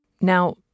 Now